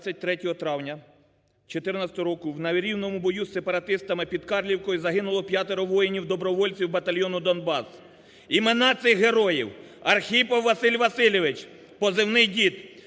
23 травня 2014 року в нерівному бою з сепаратистами під Карлівкою загинуло п'ятеро воїнів-добровольців батальйону Донбас. Імена цих героїв: Архипов Василь Васильович (позивний